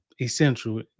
essential